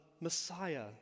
Messiah